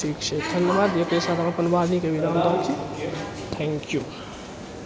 ठीक छै धन्यवाद एकरे साथ अपन वाणीके विराम दऽ रहल छी थैन्क यू